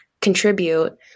contribute